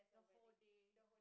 the whole day